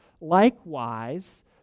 likewise